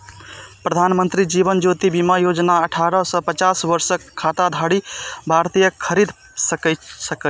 प्रधानमंत्री जीवन ज्योति बीमा योजना अठारह सं पचास वर्षक खाताधारी भारतीय खरीद सकैए